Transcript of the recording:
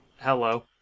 Hello